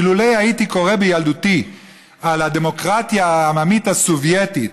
אילולא הייתי קורא בילדותי על הדמוקרטיה העממית הסובייטית,